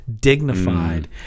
dignified